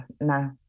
no